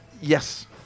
Yes